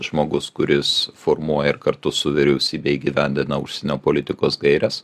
žmogus kuris formuoja ir kartu su vyriausybe įgyvendina užsienio politikos gaires